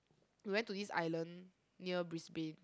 we went to this island near Brisbane